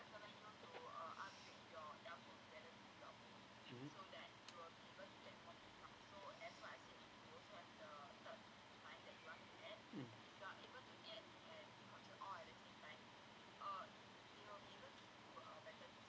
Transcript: mmhmm mm